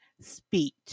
speech